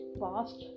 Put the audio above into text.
fast